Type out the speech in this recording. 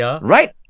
right